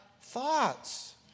thoughts